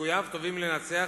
שסיכוייו טובים לנצח